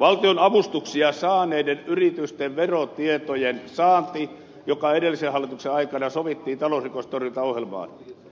valtionavustuksia saaneiden yritysten verotietojen saanti joka edellisen hallituksen aikana sovittiin talousrikostorjuntaohjelmaan